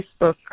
Facebook